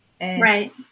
Right